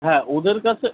হ্যাঁ ওদের কাছে